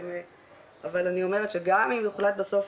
אבל אני אומרת שגם אם יוחלט בסוף